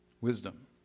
Wisdom